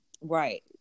right